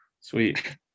sweet